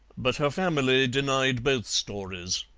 but her family denied both stories.